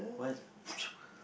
what is a